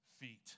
feet